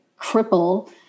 cripple